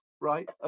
right